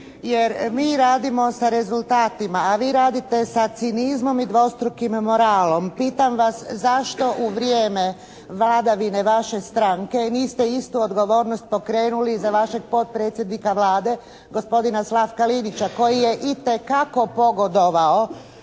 jer mi radimo sa rezultatima, a vi radite sa cinizmom i dvostrukim moralom. Pitam vas zašto u vrijeme vladavine vaše stranke niste istu odgovornost pokrenuli za vašeg potpredsjednika Vlade gospodina Slavka Linića koji je itekako pogodovao